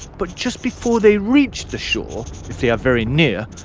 but just before they reach the shore, if they are very near,